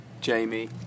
Jamie